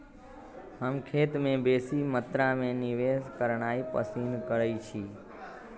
हम खेत में बेशी मत्रा में निवेश करनाइ पसिन करइछी